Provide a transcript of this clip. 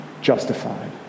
justified